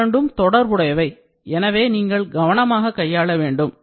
இவ்விரண்டும் தொடர்புடையவை எனவே நீங்கள் கவனமாக கையாள வேண்டும்